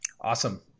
Awesome